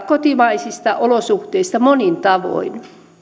kotimaisista olosuhteista monin tavoin